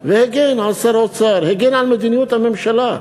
והגן על שר האוצר, הגן על מדיניות הממשלה.